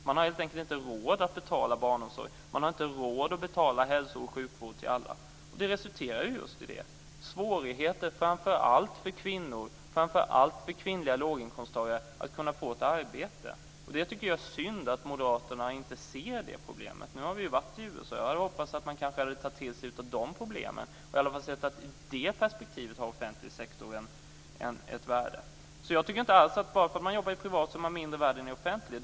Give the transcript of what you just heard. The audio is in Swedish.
Man har helt enkelt inte råd att betala barnomsorg och hälsooch sjukvård till alla. Det resulterar just i svårigheter framför allt för kvinnor, speciellt kvinnliga låginkomsttagare, att få arbete. Det är synd att moderaterna inte ser det problemet. Vi har varit i USA, och jag hade hoppats att moderaterna skulle ta till sig det vi hörde om de problemen och inse att i det perspektivet har offentlig sektor ett värde. Jag tycker inte alls att den som jobbar i privat sektor är mindre värd än i offentlig sektor.